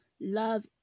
Love